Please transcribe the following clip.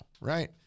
Right